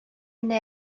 генә